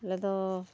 ᱟᱞᱮᱫᱚ